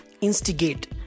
instigate